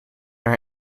haar